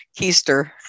keister